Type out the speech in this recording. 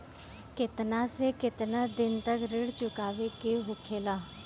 केतना से केतना दिन तक ऋण चुकावे के होखेला?